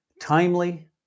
Timely